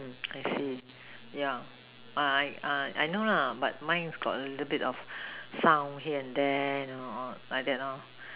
mm I see ya uh I I know lah but mine got a little bit of sound here and there know by like that lor